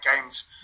games